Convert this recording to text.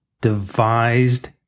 devised